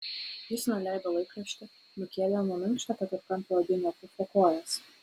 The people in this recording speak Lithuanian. jis nuleido laikraštį nukėlė nuo minkšto keturkampio odinio pufo kojas